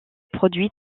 produit